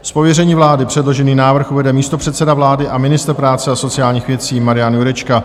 Z pověření vlády předložený návrh uvede místopředseda vlády a ministr práce a sociálních věcí Marian Jurečka.